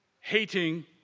hating